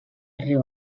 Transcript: riu